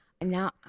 Now